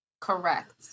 correct